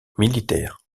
militaire